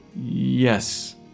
Yes